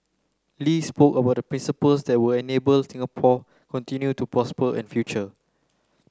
Lee spoke about the principles that will enable Singapore continue to prosper in future